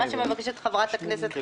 מה שמבקשת חברת הכנסת חיימוביץ',